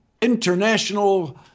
International